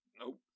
Nope